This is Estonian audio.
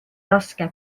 raske